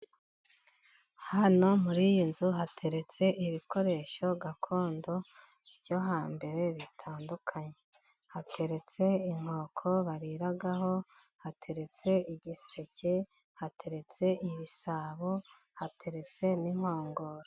Hano muri iyi nzu hateretse ibikoresho gakondo byo hambere bitandukanye. Hateretse inkoko bariraho, hateretse igiseke, hateretse ibisabo, hateretse n'inkongoro.